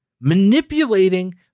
manipulating